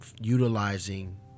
utilizing